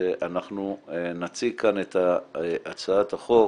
שאנחנו נציג כאן את הצעת החוק